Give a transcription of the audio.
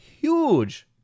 huge